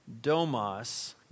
Domas